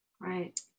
Right